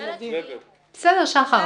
פשוט